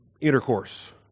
intercourse